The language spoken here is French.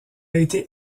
été